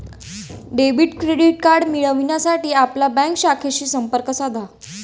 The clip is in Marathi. डेबिट क्रेडिट कार्ड मिळविण्यासाठी आपल्या बँक शाखेशी संपर्क साधा